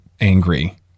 angry